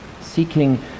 seeking